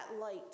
light